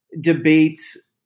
debates